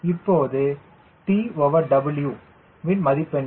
இப்போது TW வின் மதிப்பு என்ன